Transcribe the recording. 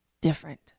Different